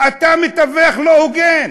אתה מתווך לא הוגן.